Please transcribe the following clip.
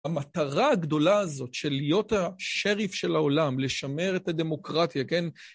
המטרה הגדולה הזאת של להיות השריף של העולם, לשמר את הדמוקרטיה, כן?